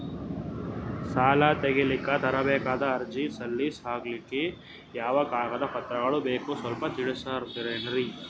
ಸಾಲ ತೆಗಿಲಿಕ್ಕ ತರಬೇಕಾದ ಅರ್ಜಿ ಸಲೀಸ್ ಆಗ್ಲಿಕ್ಕಿ ಯಾವ ಕಾಗದ ಪತ್ರಗಳು ಬೇಕು ಸ್ವಲ್ಪ ತಿಳಿಸತಿರೆನ್ರಿ?